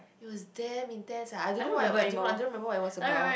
it was damn intense ah I don't know why I don't know I don't remember what it was about